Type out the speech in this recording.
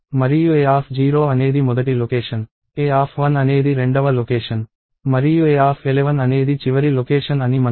మరియు a0 అనేది మొదటి లొకేషన్ a1 అనేది రెండవ లొకేషన్ మరియు a11 అనేది చివరి లొకేషన్ అని మనకు తెలుసు